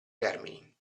termini